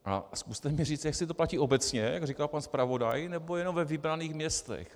A zkuste mi říct, jestli to platí obecně, jak říkal pan zpravodaj, nebo jenom ve vybraných městech.